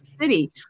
City